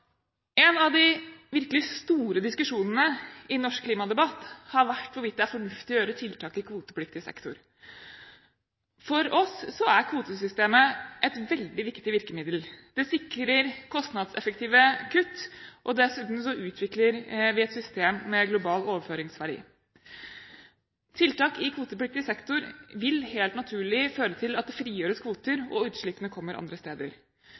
En av de virkelig store diskusjonene i norsk klimadebatt har vært hvorvidt det har vært fornuftig med tiltak i kvotepliktig sektor. For oss er kvotesystemet et veldig viktig virkemiddel. Det sikrer kostnadseffektive kutt. Dessuten utvikler vi et system med global overføringsverdi. Tiltak i kvotepliktig sektor vil helt naturlig føre til at det frigjøres kvoter, og utslippene kommer andre steder.